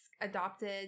adopted